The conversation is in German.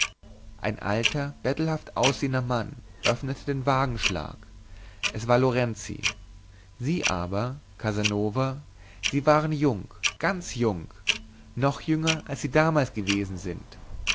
ein alter bettelhaft aussehender mann öffnete den wagenschlag es war lorenzi sie aber casanova sie waren jung ganz jung noch jünger als sie damals gewesen sind